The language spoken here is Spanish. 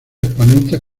exponentes